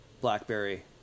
BlackBerry